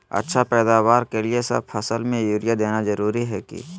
अच्छा पैदावार के लिए सब फसल में यूरिया देना जरुरी है की?